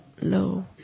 low